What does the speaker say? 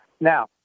Now